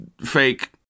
fake